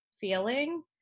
feeling